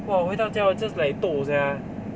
!wah! 我回到家我 just like toh sia